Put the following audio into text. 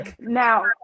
now